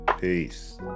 Peace